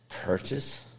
Purchase